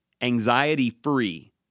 anxiety-free